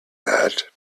that